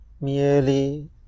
Merely